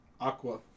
Aqua